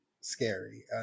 scary